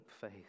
faith